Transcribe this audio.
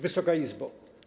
Wysoka Izbo!